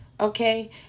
okay